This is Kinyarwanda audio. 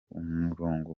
umurongo